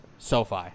SoFi